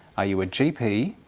are you a gp?